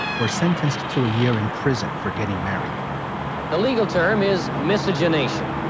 were sentenced to a year in prison for getting married the legal term is miscegenation,